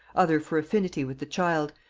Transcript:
other for affinity with the child,